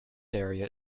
area